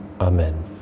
Amen